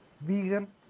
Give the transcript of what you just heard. vegan